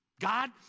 God